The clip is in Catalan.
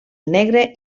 negre